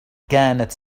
كانت